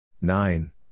Nine